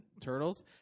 Turtles